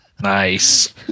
Nice